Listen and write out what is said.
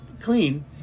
clean